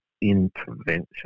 intervention